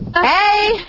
hey